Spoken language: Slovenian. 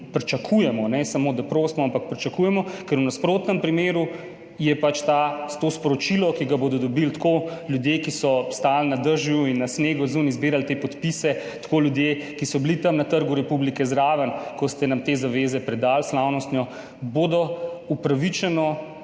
pričakujemo, ne samo, da prosimo, ampak pričakujemo, ker v nasprotnem primeru je pač to sporočilo, ki ga bodo dobili tako ljudje, ki so stali na dežju in na snegu, zunaj zbirali te podpise, tako ljudje, ki so bili tam zraven na Trgu republike, ko ste nam te zaveze slavnostno predali, bodo upravičeno